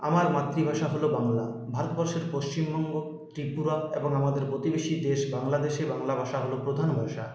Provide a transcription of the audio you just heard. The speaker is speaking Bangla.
আমার মাতৃভাষা হল বাংলা ভারতবর্ষের পশ্চিমবঙ্গ ত্রিপুরা এবং আমাদের প্রতিবেশী দেশ বাংলাদেশে বাংলা ভাষা হল প্রধান ভাষা